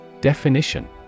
Definition